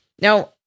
Now